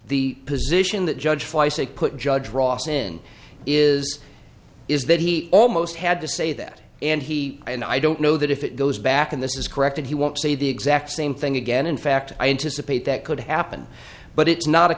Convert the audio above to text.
the position that judge fleiss they put judge ross in is is that he almost had to say that and he and i don't know that if it goes back in this is corrected he won't say the exact same thing again in fact i anticipate that could happen but it's not a